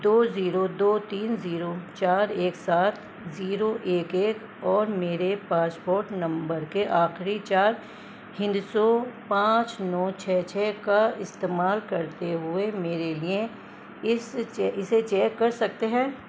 دو zero دو تین zero چار ایک سات زیرو ایک ایک اور میرے پاسپورٹ نمبر کے آخری چار ہندسوں پانچ نو چھ چھ کا استعمال کرتے ہوئے میرے لیے اس اسے چیک کر سکتے ہیں